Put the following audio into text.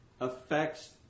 affects